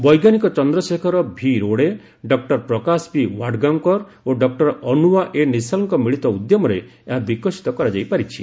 ବୈଜ୍ଞାନିକ Chandrashekhar V Rode doctor Prakash P Wadgaonkar ଓ doctor Ananya A ନିଶାଲଙ୍କ ମିଳିତ ଉଦ୍ୟମରେ ଏହା ବିକଶିତ କରାଯାଇ ପାରିଛି